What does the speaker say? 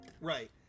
Right